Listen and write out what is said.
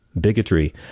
bigotry